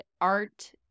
art